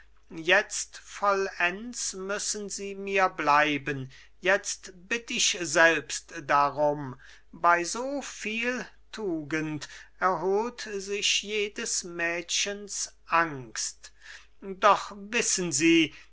jetzt vollends müssen sie mir bleiben jetzt bitt ich selbst darum bei so viel tugend erholt sich jedes mädchens angst doch wissen sie